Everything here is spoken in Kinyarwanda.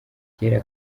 cyera